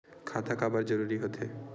खाता काबर जरूरी हो थे?